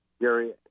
Gary